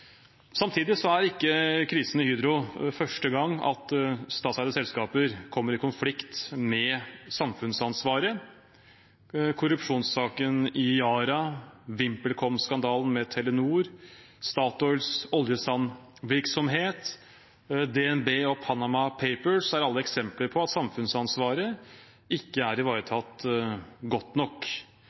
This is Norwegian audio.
Samtidig er ikke krisen i Hydro første gang at statseide selskaper kommer i konflikt med samfunnsansvaret. Korrupsjonssaken i Yara, VimpelCom-skandalen med Telenor, Statoils oljesandvirksomhet, DNB og Panama Papers er alle eksempler på at samfunnsansvaret ikke er ivaretatt godt nok.